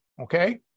okay